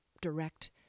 direct